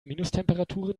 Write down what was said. minustemperaturen